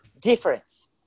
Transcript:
Difference